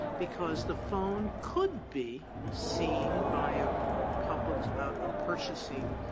because the phone could be seen by a public a purchasing